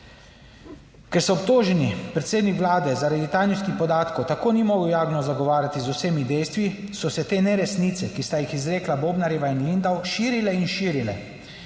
Ker so obtoženi predsednik vlade, zaradi tajnosti podatkov tako ni mogel javno zagovarjati z vsemi dejstvi so se te neresnice, ki sta jih izrekla Bobnarjeva in Lindav, širila in širila